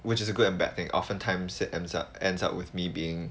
which is a good and bad thing oftentimes it ends up ends up with me being